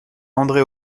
andré